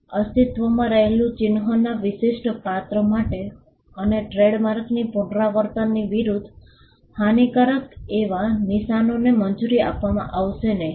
અસ્તિત્વમાં રહેલા ચિન્હના વિશિષ્ટ પાત્ર માટે અને ટ્રેડમાર્કની પુનરાવર્તનની વિરુદ્ધ હાનિકારક એવા નિશાનોને મંજૂરી આપવામાં આવશે નહીં